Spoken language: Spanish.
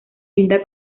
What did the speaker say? linda